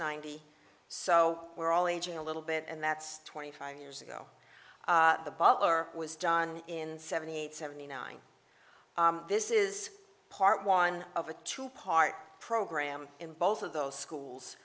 ninety so we're all aging a little bit and that's twenty five years ago the butler was done in seventy eight seventy nine this is part one of a two part program in both of those schools